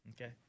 Okay